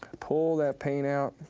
pull that paint out,